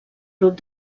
grup